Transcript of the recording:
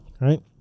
right